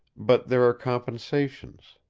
but there are compensations.